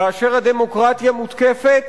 כאשר הדמוקרטיה מותקפת,